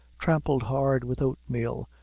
trampled hard with oatmeal,